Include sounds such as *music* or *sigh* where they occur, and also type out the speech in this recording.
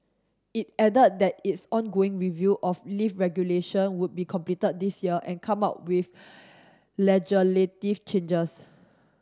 it added that its ongoing review of lift regulation would be completed this year and come out with *unintelligible* changes